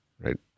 Right